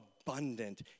abundant